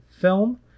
film